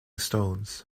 stones